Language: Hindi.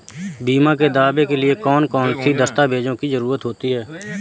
बीमा के दावे के लिए कौन कौन सी दस्तावेजों की जरूरत होती है?